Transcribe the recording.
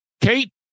Kate